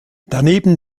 daneben